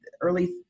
early